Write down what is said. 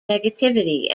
negativity